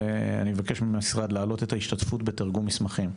אני מבקש מהמשרד להעלות את ההשתתפות בתרגום המסמכים,